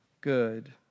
good